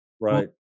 Right